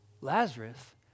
Lazarus